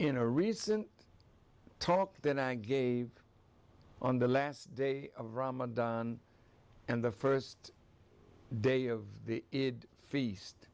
in a recent talk then i gave on the last day of ramadan and the first day of the feast